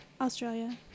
Australia